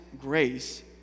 grace